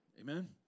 Amen